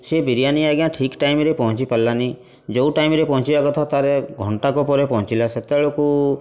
ସେ ବିରିୟାନୀ ଆଜ୍ଞା ଠିକ୍ ଟାଇମ୍ରେ ପହଞ୍ଚି ପାରିଲାନି ଯେଉଁ ଟାଇମ୍ରେ ପହଞ୍ଚିବା କଥା ତା'ର ଘଣ୍ଟାକ ପରେ ପହଁଚିଲା ସେତବେଳୁକୁ